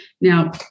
Now